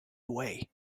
away